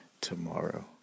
tomorrow